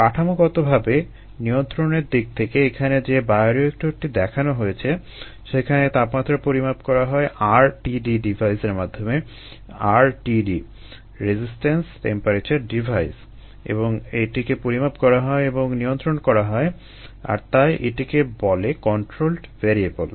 কাঠামোগতভাবে নিয়ন্ত্রণের দিক থেকে এখানে যে বায়োরিয়েক্টরটি দেখানো হয়েছে সেখানে তাপমাত্রা পরিমাপ করা হয় RTD ডিভাইসের মাধ্যমে RTD Resistance Temperature Device এবং এটিকে পরিমাপ করা হয় এবং নিয়ন্ত্রণ করা হয় আর তাই এটিকে বলে কন্ট্রোলড ভ্যারিয়েবল